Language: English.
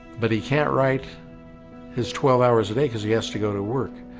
but he can't write his twelve hours a day because he has to go to work.